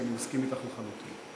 ואני מסכים אתך לחלוטין.